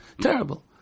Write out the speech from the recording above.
Terrible